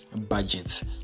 budgets